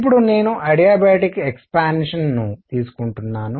ఇప్పుడు నేను adiabatic expansion ను తీసుకుంటున్నాను